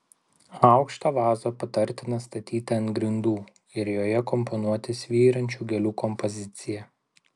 aukštą vazą patartina statyti ant grindų ir joje komponuoti svyrančių gėlių kompoziciją